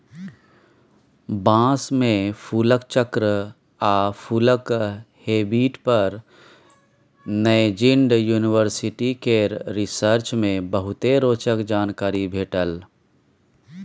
बाँस मे फुलक चक्र आ फुलक हैबिट पर नैजिंड युनिवर्सिटी केर रिसर्च मे बहुते रोचक जानकारी भेटल